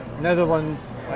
Netherlands